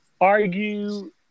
argue